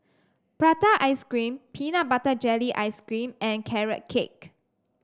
Prata Ice Cream Peanut Butter Jelly Ice cream and Carrot Cake